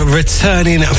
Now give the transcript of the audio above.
returning